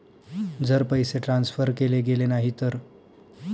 जर पैसे ट्रान्सफर केले गेले नाही तर?